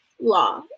law